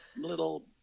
little